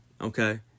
okay